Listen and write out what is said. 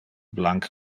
blanc